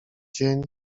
dzień